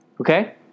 Okay